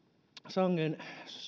sangen